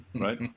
right